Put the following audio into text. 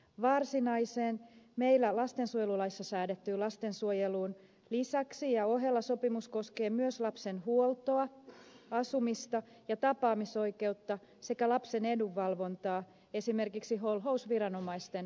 varsinaisen meillä lastensuojelulaissa säädetyn lastensuojelun lisäksi ja ohella sopimus koskee myös lapsen huoltoa asumista ja tapaamisoikeutta sekä lapsen edunvalvontaa esimerkiksi holhousviranomaisten toimenpiteitä